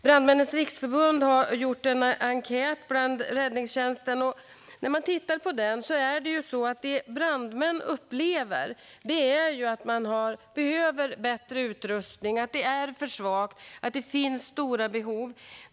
Brandmännens riksförbund har genomfört en enkät inom räddningstjänsten som visar att det brandmän upplever är att de behöver bättre utrustning och att det finns stora behov.